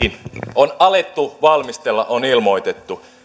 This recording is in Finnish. on alettu valmistella on ilmoitettu